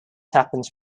happens